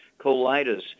colitis